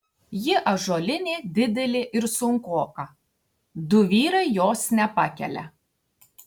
ji ąžuolinė didelė ir sunkoka du vyrai jos nepakelia